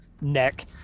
neck